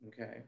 Okay